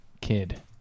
kid